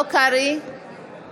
בעד מירי מרים רגב,